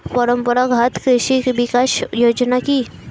পরম্পরা ঘাত কৃষি বিকাশ যোজনা কি?